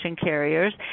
carriers